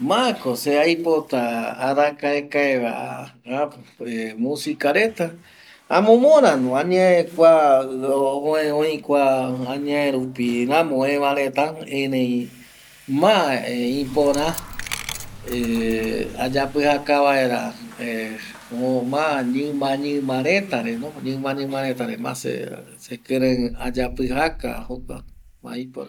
Ma ko se aipota arakaekae va apo musica reta, amomora no añae kua oe oi kua añe rupi ramo oe va reta, erei ma ipora eh ayapijaka vaera eh o ma ñima ñima reta re, ñima ñima reta re ma se sekirei ayapijaka jokua ma ipora